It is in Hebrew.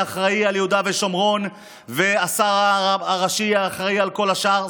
אחראי על יהודה ושומרון ושהשר הראשי יהיה אחראי על כל השאר.